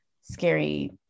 scary